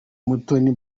mutoni